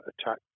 attack